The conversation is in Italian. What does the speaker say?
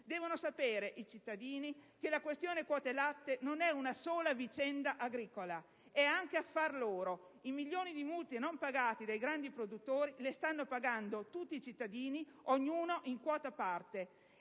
devono sapere che la questione quote latte non è solo una vicenda agricola, è anche affar loro. I milioni di euro di multe non pagate dai grandi produttori li stanno pagando tutti i cittadini, ognuno in quota parte;